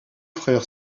frère